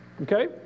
Okay